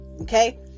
okay